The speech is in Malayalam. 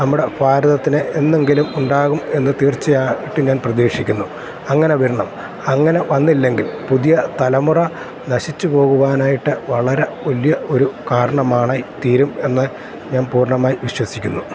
നമ്മുടെ ഭാരതത്തിന് എന്നെങ്കിലും ഉണ്ടാകും എന്ന് തീർച്ചയായിട്ടും എന്ന് ഞാൻ പ്രതീക്ഷിക്കുന്നു അങ്ങനെ വരണം അങ്ങനെ വന്നില്ലെങ്കിൽ പുതിയ തലമുറ നശിച്ചു പോകുവാനായിട്ട് വളരെ വലിയ ഒരു കാരണമാണ് തീരും എന്ന് ഞാൻ പൂർണ്ണമായും വിശ്വസിക്കുന്നു